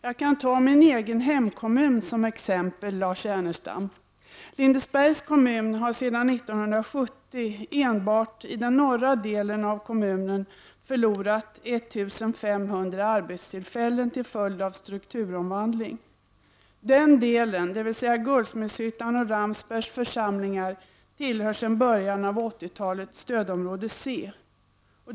Jag kan ta min egen hemkommun som exempel, Lars Ernestam. Lindesbergs kommun har sedan 1970 enbart i den norra delen av kommunen förlorat 1 500 arbetstillfällen till följd av strukturomvandling. Den delen, dvs. Guldsmedshyttans och Ramsbergs församlingar, tillhör sedan början av 80 talet stödområde C.